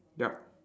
yup